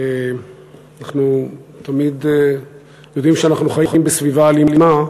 אנחנו תמיד יודעים שאנחנו חיים בסביבה אלימה,